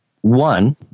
One